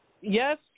Yes